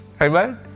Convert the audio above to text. Amen